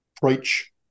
preach